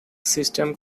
system